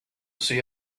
see